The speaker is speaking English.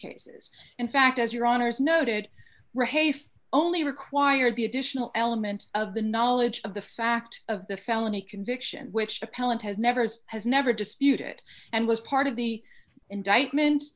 cases in fact as your honour's noted if only require the additional element of the knowledge of the fact of the felony conviction which appellant has never as has never disputed and was part of the indictment